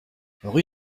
rue